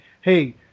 hey